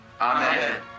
Amen